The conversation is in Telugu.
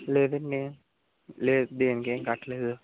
లేదండి లేదు దీనికేం కట్టలేదు